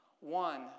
One